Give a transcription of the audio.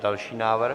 Další návrh.